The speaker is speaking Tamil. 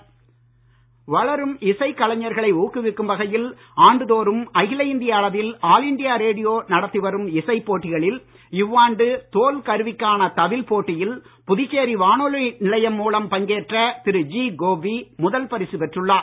பரிசு வளரும் இசைக் கலைஞர்களை ஊக்குவிக்கும் வகையில் ஆண்டு தோறும் அகில இந்திய அளவில் ஆல் இண்டியா ரேடியோ நடத்தி வரும் இசைப் போட்டிகளில் இவ்வாண்டு தோல் கருவிகளுக்கான தவில் போட்டியில் புதுச்சேரி வானொலி நிலையம் மூலம் பங்கேற்ற திரு ஜி கோபி முதல் பரிசு பெற்றுள்ளார்